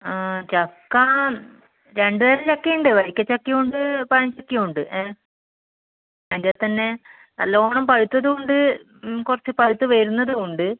ആ ചക്ക രണ്ടു തരം ചക്ക ഉണ്ട് വരിക്കച്ചക്കയും ഉണ്ട് പഴം ചക്കയും ഉണ്ട് അതിൻ്റെ തന്നെ നല്ലോണം പഴുത്തതും ഉണ്ട് കുറച്ച് പഴുത്ത് വരുന്നതും ഉണ്ട്